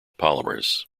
polymers